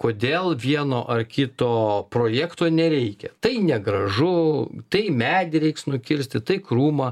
kodėl vieno ar kito projekto nereikia tai negražu tai medį reiks nukirsti tai krūmą